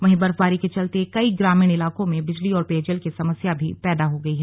वहीं बर्फबारी के चलते कई ग्रामीण इलाकों में बिजली और पेयजल की समस्या भी पैदा हो गयी है